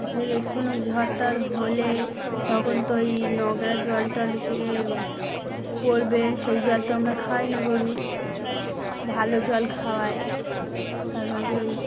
এ ফের কোনো ঝড় টর হলে তখন তো ওই নোংরা জল টল হচ্ছে গ পড়বে সেই জল তো আমরা খাওয়াই না গরুর ভালো জল খাওয়াই তারপর কি ওই